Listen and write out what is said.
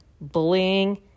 Bullying